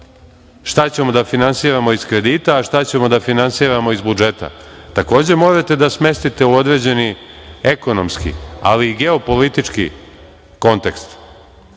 šta ćemo da finansiramo iz kredita, a šta ćemo da finansiramo iz budžeta, takođe, morate da smestite u određeni ekonomski, ali i geopolitički kontekst.